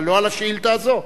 אבל לא על השאילתא הזאת.